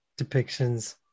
depictions